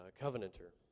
covenanter